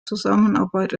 zusammenarbeit